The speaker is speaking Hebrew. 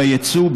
ביצוא,